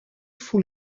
voel